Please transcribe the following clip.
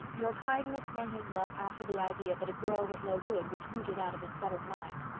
your kindness won his love after the idea that a girl was no good was rooted out of his stubborn mind.